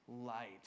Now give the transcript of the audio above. light